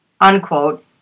unquote